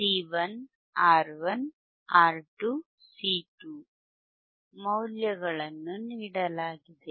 C1 R¬1 R2 C2 ಮೌಲ್ಯಗಳನ್ನು ನೀಡಲಾಗಿದೆ